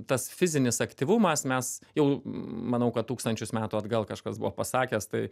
tas fizinis aktyvumas mes jau manau kad tūkstančius metų atgal kažkas buvo pasakęs tai